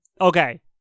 okay